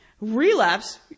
Relapse